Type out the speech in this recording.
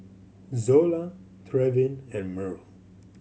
Zola Trevin and Myrl